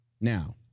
Now